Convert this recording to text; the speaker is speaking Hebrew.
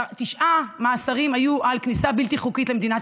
תשעה מאסרים היו על כניסה בלתי חוקית למדינת